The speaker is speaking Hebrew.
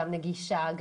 גם נגישה.